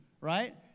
right